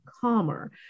calmer